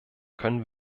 können